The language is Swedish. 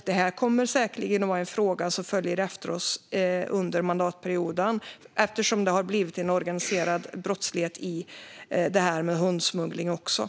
Det här kommer säkerligen att vara en fråga som följer oss under mandatperioden eftersom det har blivit en organiserad brottslighet kring hundsmugglingen.